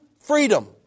freedom